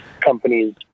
companies